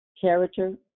character